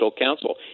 counsel